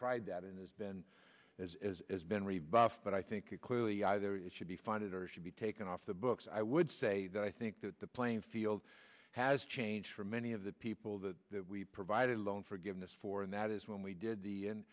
tried that and has been as is been rebuffed but i think it clearly either it should be funded or should be taken off the books i would say that i think that the playing field has changed for many of the people that we've provided loan forgiveness for and that is when we did the